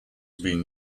been